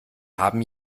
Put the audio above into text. haben